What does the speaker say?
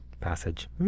passage